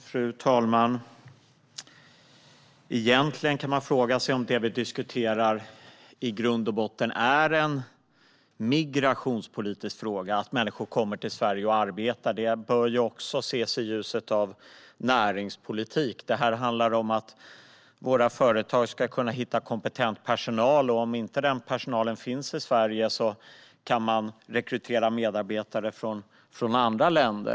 Fru talman! Egentligen kan man fråga sig om det som vi diskuterar i grund och botten är en migrationspolitisk fråga. Att människor kommer till Sverige och arbetar bör också ses i ljuset av näringspolitik. Detta handlar om att våra företag ska kunna hitta kompetent personal. Om denna personal inte finns i Sverige kan man rekrytera medarbetare från andra länder.